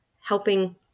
helping